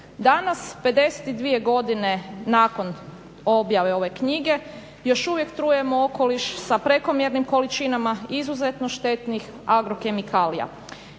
Danas 52 godine nakon objave ove knjige još uvijek trujemo okoliš sa prekomjernim količinama, izuzetno štetnih agrokemikalija